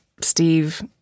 Steve